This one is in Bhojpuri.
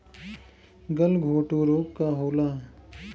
गलघोटू रोग का होला?